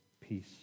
peace